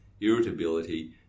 irritability